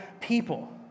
people